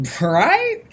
Right